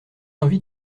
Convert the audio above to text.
envie